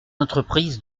entreprises